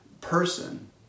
person